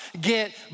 get